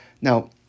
Now